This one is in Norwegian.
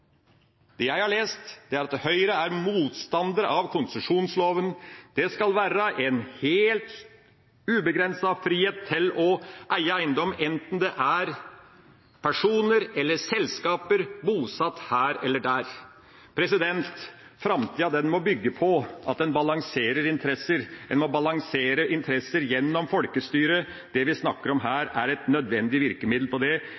Det jeg har lest, er at Høyre er motstander av konsesjonsloven: Det skal være en helt ubegrenset frihet til å eie eiendom, enten det er personer eller selskaper bosatt her eller der. Framtida må bygge på at en balanserer interesser. En må balansere interesser gjennom folkestyret. Det vi snakker om her, er et nødvendig virkemiddel for det.